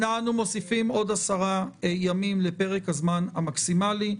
אנחנו מוסיפים עוד עשרה ימים לפרק הזמן המקסימלי.